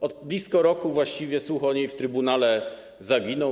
Od blisko roku właściwie słuch o niej w trybunale zaginął.